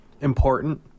important